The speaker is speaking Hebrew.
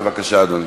בבקשה, אדוני.